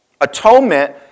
Atonement